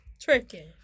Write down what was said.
Tricking